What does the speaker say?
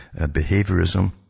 behaviorism